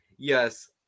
Yes